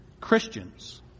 Christians